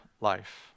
life